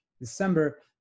December